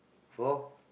for